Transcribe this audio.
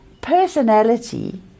personality